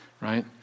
right